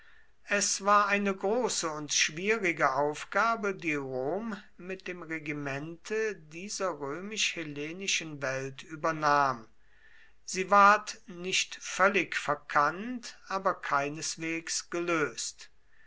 es war eine große und schwierige aufgabe die rom mit dem regimente dieser römisch hellenischen welt übernahm sie ward nicht völlig verkannt aber keineswegs gelöst